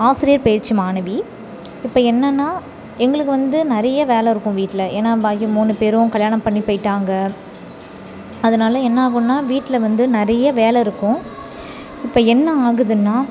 ஆசிரியர் பயிற்சி மாணவி இப்போ என்னென்னால் எங்களுக்கு வந்து நிறைய வேலை இருக்கும் வீட்டில் ஏன்னால் பாக்கி மூணு பேரும் கல்யாணம் பண்ணி போய்விட்டாங்க அதனால் என்ன ஆகும்ன்னா வீட்டில் வந்து நிறைய வேலை இருக்கும் இப்போ என்ன ஆகுதுன்னால்